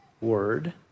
word